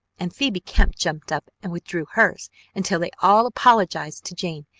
and phoebe kemp jumped up and withdrew hers until they all apologized to jane,